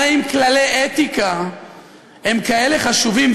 הרי אם כללי אתיקה הם כאלה חשובים,